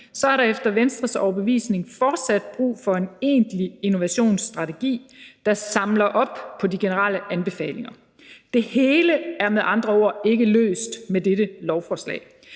er der efter Venstres overbevisning fortsat brug for en egentlig innovationsstrategi, der samler op på de generelle anbefalinger. Det hele er med andre ord ikke løst med dette lovforslag.